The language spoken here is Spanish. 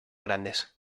grandes